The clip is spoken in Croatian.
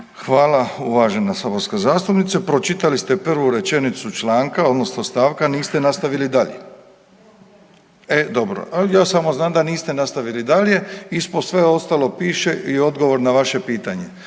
Hvala uvažena saborska zastupnice. Pročitali ste prvu rečenicu članka odnosno stavka, a niste nastavili dalje. E dobro, al ja samo nastavili dalje, ispod sve ostalo piše i odgovor na vaše pitanje.